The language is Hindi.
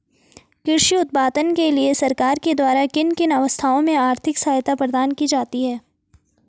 कृषि उत्पादन के लिए सरकार के द्वारा किन किन अवस्थाओं में आर्थिक सहायता प्रदान की जाती है?